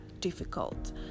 difficult